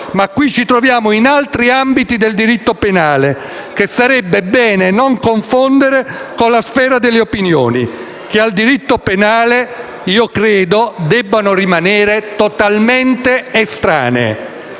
Ma qui ci troviamo in altri ambiti del diritto penale che sarebbe bene non confondere con la sfera delle opinioni, che al dritto penale io credo debbano rimanere totalmente estranee.